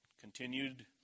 Continued